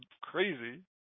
crazy